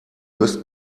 löst